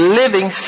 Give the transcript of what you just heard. living